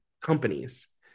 companies